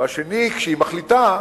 והשני, כשהיא מחליטה,